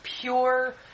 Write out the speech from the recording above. pure